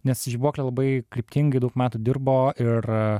nes žibuoklė labai kryptingai daug metų dirbo ir